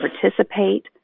participate